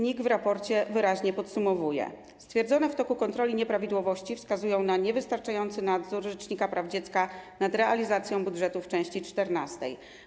NIK w raporcie wyraźnie podsumowuje: stwierdzone w toku kontroli nieprawidłowości wskazują na niewystarczający nadzór rzecznika praw dziecka nad realizacją budżetu w części 14.